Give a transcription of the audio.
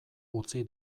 utzi